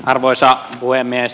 arvoisa puhemies